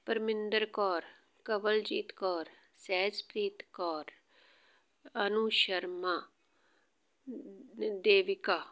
Parminder Kaur Kawaljeet Kaur Sahajpreet Kaur Anu Sharma Devika